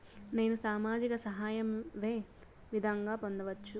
నేను సామాజిక సహాయం వే విధంగా పొందొచ్చు?